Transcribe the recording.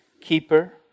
Keeper